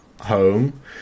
home